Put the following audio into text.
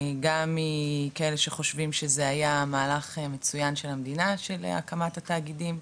גם מכאלה שחושבים שזה היה מהלך מצוין של המדינה של הקמת התאגידים,